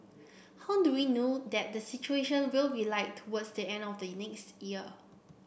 how do we know that the situation will be like towards the end of the next year